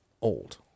old